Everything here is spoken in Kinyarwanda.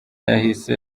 yahise